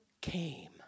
came